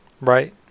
Right